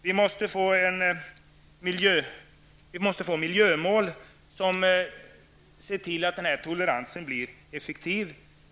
Vi måste få miljömål som ser till att den här toleransen blir effektiv.